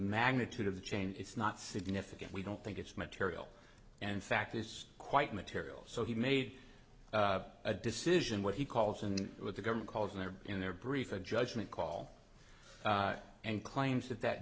magnitude of the change it's not significant we don't think it's material and fact is quite material so he made a decision what he calls and with the government calls in there in their brief a judgment call and claims that that